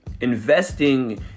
investing